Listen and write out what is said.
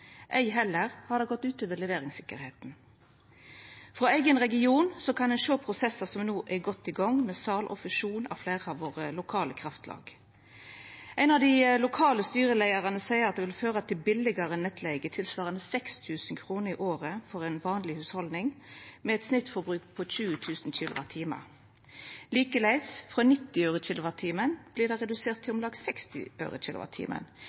ei heller har det gått ut over leveringstryggleiken. Frå eigen region kan ein sjå prosessar som no er godt i gang, med sal og fusjon av fleire av våre lokale kraftlag. Ein av dei lokale styreleiarane seier at det vil føra til billegare nettleige tilsvarande 6 000 kr i året for eit vanleg hushald med eit snittforbruk på 20 000 kWh. Likeins, frå 90 øre per kWh vert det redusert til om lag 60 øre